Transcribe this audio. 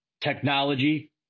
technology